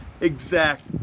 exact